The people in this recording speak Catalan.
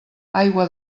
aigua